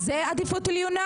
זו עדיפות עליונה?